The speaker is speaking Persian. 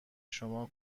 شما